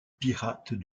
pirate